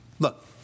Look